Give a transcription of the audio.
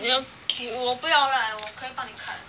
你要 ki~ 我不要 lah 我可以帮你 cut